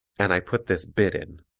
and i put this bit in.